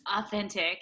authentic